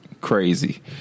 crazy